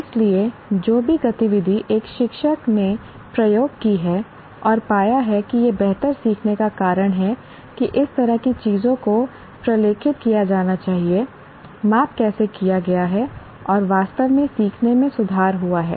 इसलिए जो भी गतिविधि एक शिक्षक ने प्रयोग की है और पाया है कि यह बेहतर सीखने का कारण है कि इस तरह की चीज़ों को प्रलेखित किया जाना चाहिए माप कैसे किया गया है और वास्तव में सीखने में सुधार हुआ है